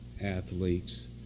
athletes